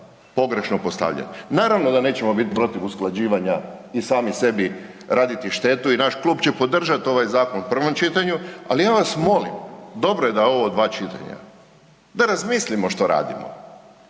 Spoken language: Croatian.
pogrešno postavljen. Naravno da nećemo bit protiv usklađivanja i sami sebi raditi štetu i naš klub će podržat ovaj zakon u prvom čitanju, ali ja vas molim, dobro je da je ovo u dva čitanja, da razmislimo što radimo,